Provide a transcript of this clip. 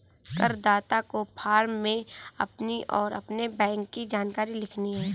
करदाता को फॉर्म में अपनी और अपने बैंक की जानकारी लिखनी है